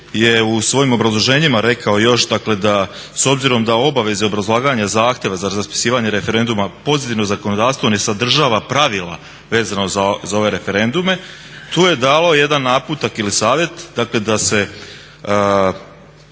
u svojim obrazloženjima rekao još da s obzirom da obaveze i obrazlaganja zahtjeva za raspisivanje referenduma pozitivno zakonodavstvo ne sadržava pravila vezano za ove referendume, tu je dalo jedan naputak ili savjet dakle